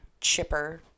chipper